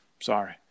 sorry